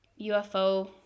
UFO